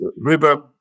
river